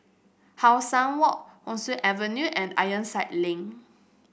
How Sun Walk Rosyth Avenue and Ironside Link